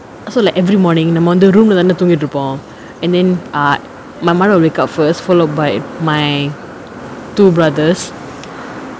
so like every morning நம்ம வந்து:namma vanthu room lah தான தூங்கிட்டு இருப்போ:thana thoongitu iruppo and then err my mother will wake up first followed by my two brothers